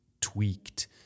tweaked